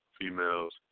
females